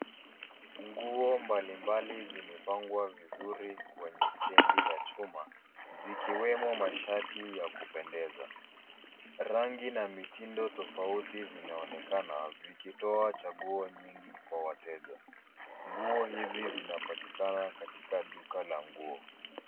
Nguo mbalimbali zimepangwa vizuri kwenye stendi ya chuma, zikiwemo mashati ya kupendeza. Rangi na mitindo tafauti vinaonekana, vikitoa chaguo nyingi kwa wateja. Nguo hizi zinapatikana katika duka la nguo.